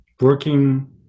Working